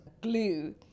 glue